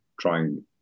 trying